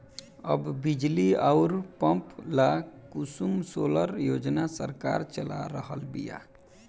अब बिजली अउर पंप ला कुसुम सोलर योजना सरकार चला रहल बिया